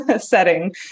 setting